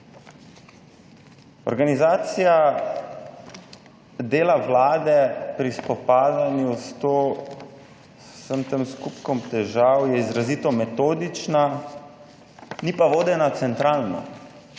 Organizacija dela Vlade pri spopadanju s to, z vsem tem skupkom težav, je izrazito metodična, ni pa vodena centralno.